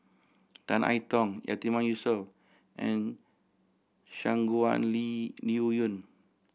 Tan I Tong Yatiman Yusof and Shangguan Lee Liuyun